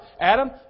Adam